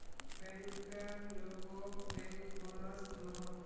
banker लोगोक bank bonus दोहों